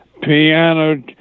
piano